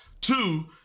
two